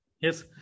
yes